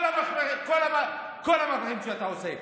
כל המהלכים שאתה עושה.